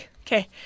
Okay